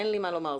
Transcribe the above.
אין לי מה לומר.